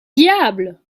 diable